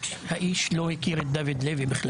האיש לא הכיר את דוד לוי.